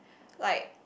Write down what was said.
like